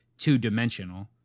two-dimensional